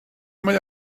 mae